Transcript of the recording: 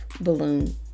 balloon